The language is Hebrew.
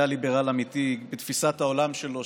היה ליברל אמיתי בתפיסת העולם שלו,